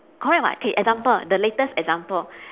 correct [what] k example the latest example